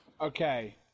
Okay